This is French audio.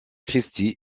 christi